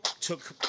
took